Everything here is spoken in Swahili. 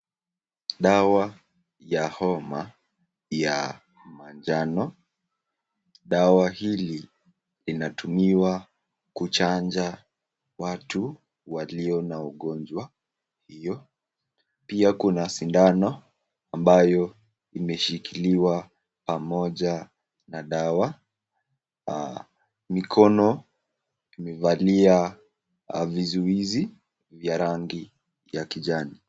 Dawa ya homa ya manjano. Dawa hili inatumiwa kuchanja watu walio na ugonjwa hiyo pia kuna sindano ambayo imeshikiliwa pamoja na dawa. Mikono imevalia vizuizi vya rangi ya kijani.